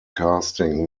casting